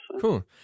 Cool